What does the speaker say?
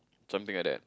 something like that